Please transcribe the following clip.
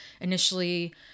Initially